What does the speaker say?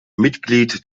mitglied